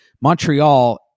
Montreal